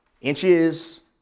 inches